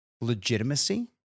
legitimacy